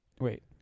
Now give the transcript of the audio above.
Wait